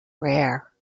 rare